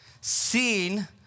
Seen